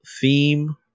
theme